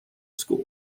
school